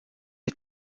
est